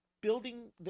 building